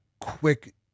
quick